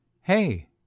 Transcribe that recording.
Hey